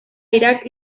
irak